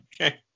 Okay